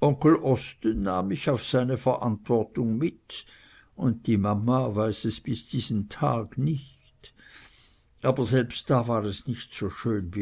onkel osten nahm mich auf seine verantwortung mit und die mama weiß es bis diesen tag nicht aber selbst da war es nicht so schön